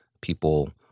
People